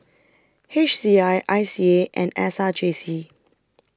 H C I I C A and S R J C